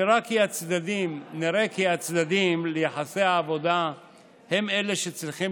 נראה כי הצדדים ליחסי העבודה הם שצריכים